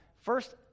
first